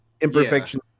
imperfection